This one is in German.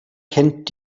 kennt